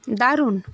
দারুন